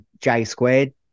J-squared